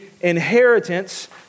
inheritance